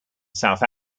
south